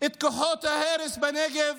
את כוחות ההרס בנגב,